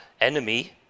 enemy